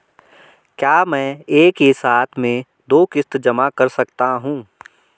क्या मैं एक ही साथ में दो किश्त जमा कर सकता हूँ?